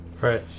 Right